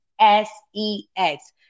S-E-X